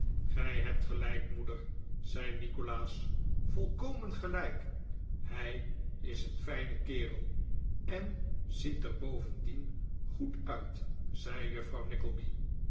gij hebt gelijk moeder zei nikolaas volkomen gelijk hij is een fijne kerel en ziet er bovendien goed uit zei juffrouw